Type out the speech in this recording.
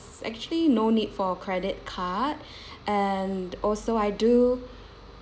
actually no need for credit card and also I do